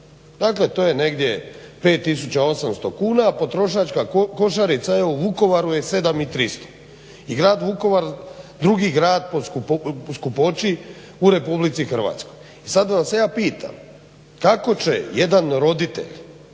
Dakle to je negdje 5800 kuna, a potrošačka košarica evo u Vukovaru je 7300 i grad Vukovar drugi grad po skupoći u RH. I sada vas ja pitam kako će jedan roditelj